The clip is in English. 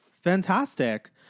Fantastic